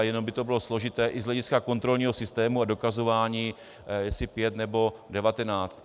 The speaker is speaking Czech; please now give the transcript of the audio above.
Jenom by to bylo složité i z hlediska kontrolního systému a dokazování, jestli pět, nebo devatenáct.